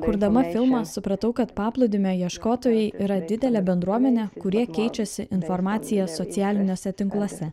kurdama filmą supratau kad paplūdimio ieškotojai yra didelė bendruomenė kurie keičiasi informacija socialiniuose tinkluose